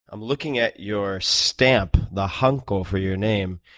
i'm looking at your stamp, the hunk over your name.